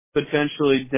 potentially